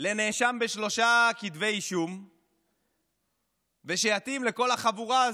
לנאשם בשלושה כתבי אישום ושיתאים לכל החבורה הזו.